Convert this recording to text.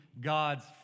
God's